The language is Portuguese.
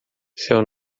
seu